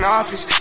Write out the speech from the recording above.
office